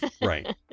Right